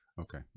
Okay